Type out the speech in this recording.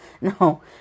No